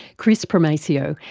kris primacio,